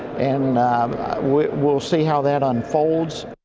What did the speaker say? and we will see how that unfolds.